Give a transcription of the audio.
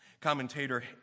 Commentator